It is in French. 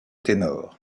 ténor